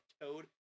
Toad